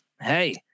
Hey